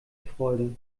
freude